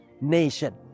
nation